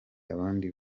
abandi